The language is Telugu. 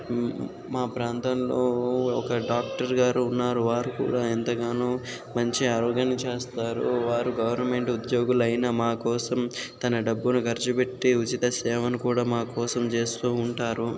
మా ప్రాంతంలో ఒక డాక్టర్ గారు ఉన్నారు వారు కూడా ఎంతగానో మంచి ఆరోగ్యాన్ని చేస్తారు వారు గవర్నమెంట్ ఉద్యోగులు అయినా మా కోసం తన డబ్బును ఖర్చుపెట్టి ఉచిత సేవను కూడా మా కోసం చేస్తూ ఉంటారు